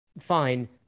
fine